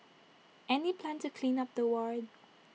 any plan to clean up the ward